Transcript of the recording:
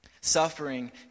Suffering